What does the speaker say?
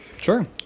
Sure